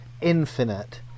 infinite